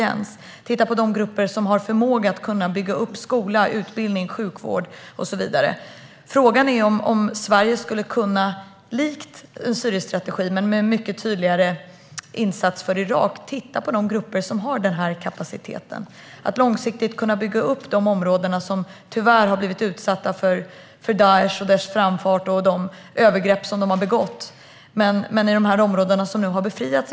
Det handlar om att titta på de grupper som har förmåga att bygga upp skolor, utbildning, sjukvård och så vidare. Frågan är om Sverige skulle kunna, likt Syrienstrategin, med en tydligare insats för Irak, titta på de grupper som har den kapaciteten. Det handlar om att långsiktigt bygga upp de områden som tyvärr har blivit utsatta för Daishs framfart och övergrepp men som nu har blivit befriade.